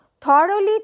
Thoroughly